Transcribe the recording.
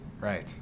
right